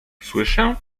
słyszę